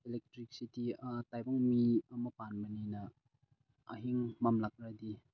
electricity ꯇꯥꯏꯕꯪ ꯃꯤ ꯑꯃ ꯄꯥꯟꯕꯅꯤꯅ ꯑꯍꯤꯡ ꯃꯝꯂꯛꯂꯗꯤ